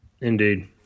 Indeed